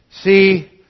See